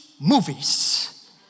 movies